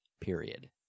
Period